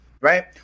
right